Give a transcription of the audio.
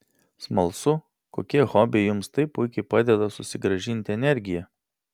smalsu kokie hobiai jums taip puikiai padeda susigrąžinti energiją